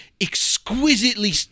exquisitely